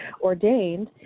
ordained